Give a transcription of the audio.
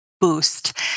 boost